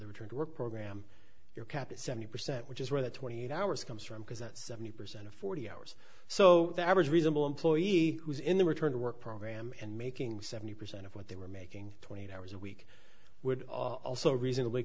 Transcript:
the return to work program your cap is seventy percent which is where the twenty eight hours comes from because that seventy percent of forty hours so the average reasonable employee was in the return to work program and making seventy percent of what they were making twenty eight hours a week would also reasonably